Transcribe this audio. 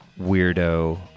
weirdo